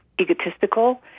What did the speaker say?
egotistical